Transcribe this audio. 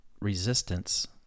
resistance